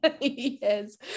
Yes